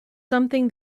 something